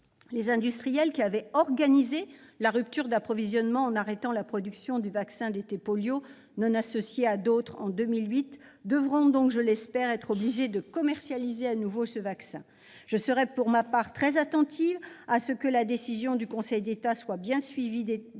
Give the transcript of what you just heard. Les industriels qui avaient organisé une rupture d'approvisionnement en arrêtant la production du vaccin DT-polio non associé à d'autres en 2008 seront donc, je l'espère, obligés de commercialiser de nouveau ce vaccin. Je serai, pour ma part, très attentive à ce que la décision du Conseil d'État soit bien suivie d'effet